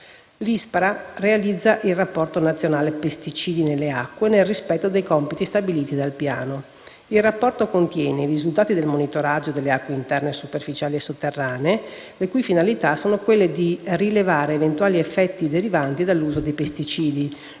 L'ISPRA realizza il Rapporto nazionale pesticidi nelle acque nel rispetto dei compiti stabiliti dal Piano. Il Rapporto contiene i risultati del monitoraggio delle acque interne superficiali e sotterranee, le cui finalità sono quelle di rilevare eventuali effetti derivanti dall'uso dei pesticidi,